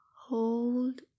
Hold